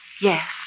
Yes